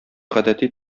гадәти